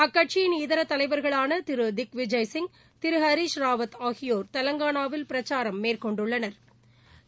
அக்கட்சியிள் இதர தலைவர்களான திரு திக்விஜய் சிங் திரு ஹரிஷ் ராவத் ஆகியோர் தெலங்கானாவில் பிரச்சாரம் மேற்கொண்டுள்ளனா்